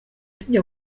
tujya